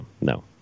no